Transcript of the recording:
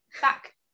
Back